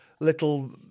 Little